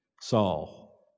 Saul